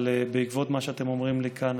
אבל בעקבות מה שאתם אומרים לי כאן,